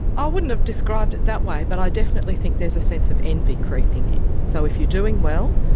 i wouldn't have described it that way, but i definitely think there's a sense of envy creeping in. so if you're doing well,